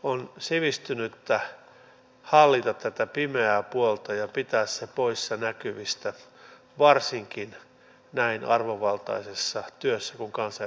on sivistynyttä hallita tätä pimeää puolta ja pitää se poissa näkyvistä varsinkin näin arvovaltaisessa työssä kuin kansanedustajan työ on